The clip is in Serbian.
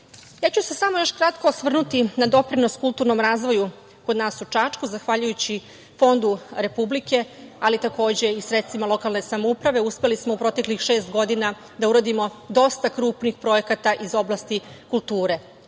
ću se samo još kratko osvrnuti na doprinos kulturnom razvoju kod nas u Čačku. Zahvaljujući Fondu Republike, ali takođe i sredstvima lokalne samouprave uspeli smo u proteklih šest godina da uradimo dosta krupnih projekata iz oblasti kulture. Godine